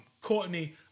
Courtney